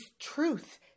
truth